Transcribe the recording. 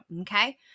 Okay